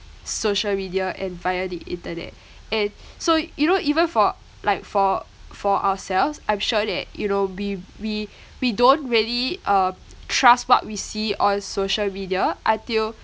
social media and via the internet and so you know even for like for for ourselves I'm sure that you know we we we don't really uh trust what we see on social media until